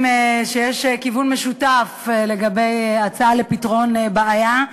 בכיוון משותף לגבי הצעה לפתרון בעיה.